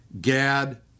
Gad